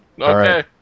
Okay